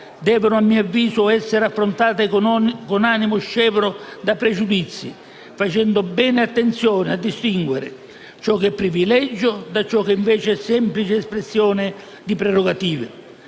devono - a mio avviso - essere affrontate con animo scevro da pregiudizi, facendo bene attenzione a distinguere ciò che è privilegio da ciò che è invece semplice espressione di prerogative.